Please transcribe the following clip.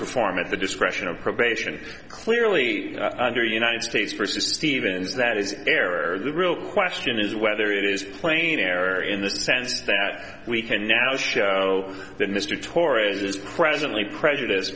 perform at the discretion of probation clearly under united states versus stevens that is error the real question is whether it is plain error in the sense that we can now show that mr torres is presently prejudice